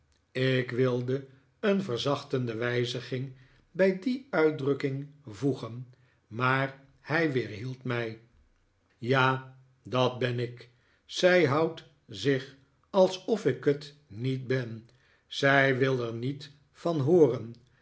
ik zij houdt zich alsof ik het niet ben zij wil er niet van hooren